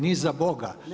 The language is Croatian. Ni za Boga.